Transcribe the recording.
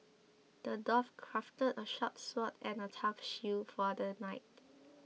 the dwarf crafted a sharp sword and a tough shield for the knight